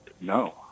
No